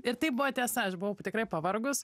ir tai buvo tiesa aš buvau tikrai pavargus